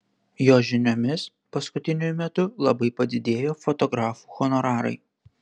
jo žiniomis paskutiniu metu labai padidėjo fotografų honorarai